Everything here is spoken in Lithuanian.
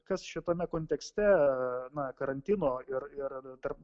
kas šitame kontekste na karantino ir ir tarp